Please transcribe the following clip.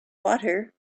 water